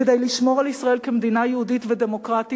כדי לשמור על ישראל כמדינה יהודית ודמוקרטית